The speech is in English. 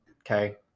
okay